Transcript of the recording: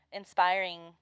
inspiring